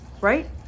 right